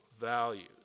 values